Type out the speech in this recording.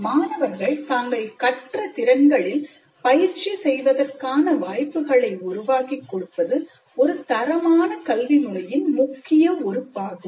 மாணவர்கள் தாங்கள் கற்ற திறன்களில் பயிற்சி செய்வதற்கான வாய்ப்புகளை உருவாக்கிக் கொடுப்பது ஒரு தரமான கல்வி முறையின் முக்கிய உறுப்பாகும்